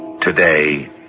today